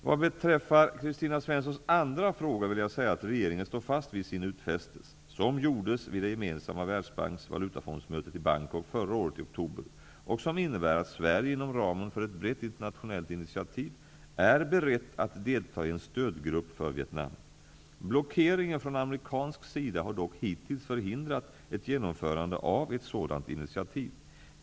Vad beträffar Kristina Svenssons andra fråga vill jag säga att regeringen står fast vid sin utfästelse, som gjordes vid det gemensamma Världsbanksoch Valutafondsmötet i Bangkok förra året i oktober och som innebär att Sverige inom ramen för ett brett internationellt initiativ är berett att delta i en stödgrupp för Vietnam. Blockeringen från amerikansk sida har dock hittills förhindrat ett genomförande av ett sådant initiativ.